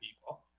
people